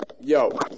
yo